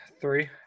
Three